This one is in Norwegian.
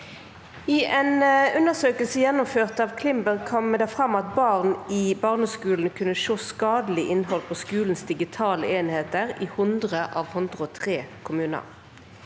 «I en undersøkelse gjennomført av Climbr kommer det fram at barn i barneskolen kunne se skadelig innhold på skolens digitale enheter i 100 av 103 kommuner.